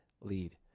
lead